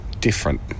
different